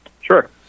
sure